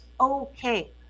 okay